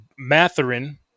Matherin